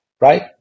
Right